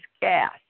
gas